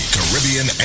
Caribbean